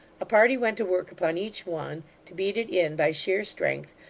a party went to work upon each one, to beat it in by sheer strength,